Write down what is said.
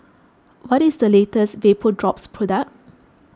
what is the latest Vapodrops product